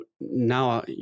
now